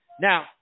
Now